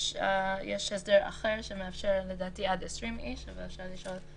יש הסדר אחר שלדעתי מאפשר עד 20 אנשים אבל אפשר לשאול.